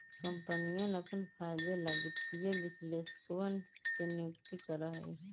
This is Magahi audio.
कम्पनियन अपन फायदे ला वित्तीय विश्लेषकवन के नियुक्ति करा हई